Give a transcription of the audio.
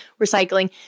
recycling